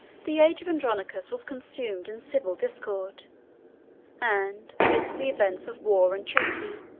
the age of andronicus was consumed in civil discord and, amidst the events of war and treaty,